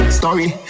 story